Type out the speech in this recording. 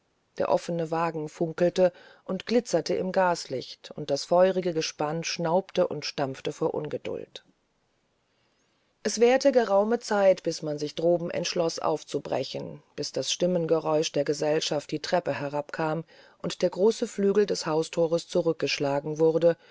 der offene wagen funkelte und glitzerte im gaslicht und das feurige gespann schnaubte und stampfte vor ungeduld es währte geraume zeit bis man sich droben entschloß aufzubrechen bis das stimmengeräusch der gesellschaft die treppe herabkam und der große flügel des hausthores zurückgeschlagen wurde